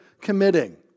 committing